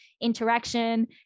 interaction